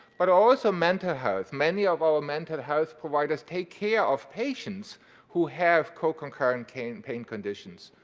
but also, mental health, many of our mental health providers take care of patients who have co-concurrent pain pain conditions.